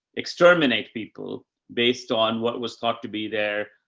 exterminate people based on what was taught to be there,